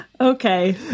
Okay